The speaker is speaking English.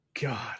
God